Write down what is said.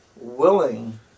willing